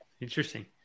interesting